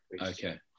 Okay